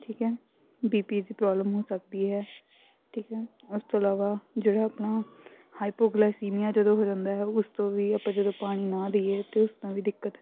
ਠੀਕ ਹੈ B P ਦੀ ਪ੍ਰੋਬਲਮ ਹੋ ਸਕਦੀ ਹੈ ਠੀਕ ਹੈ ਉਸ ਤੋਂ ਇਲਾਵਾ ਜਿਹੜਾ ਆਪਣਾ ਹਾਈਪੋਗਲਾਸੀਮੀਆ ਜਦੋਂ ਹੋ ਜਾਂਦਾ ਉਸ ਤੋਂ ਵੀ ਆਪਾਂ ਜਦੋਂ ਪਾਣੀ ਨਾ ਦੇਈਏ ਤਾਂ ਉਸ ਤੋਂ ਵੀ ਦਿੱਕਤ